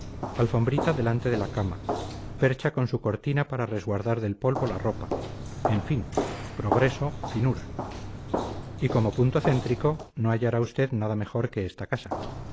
alfombrita delante de la cama percha con su cortina para resguardar del polvo la ropa en fin progreso finura y como punto céntrico no hallará usted nada mejor que esta casa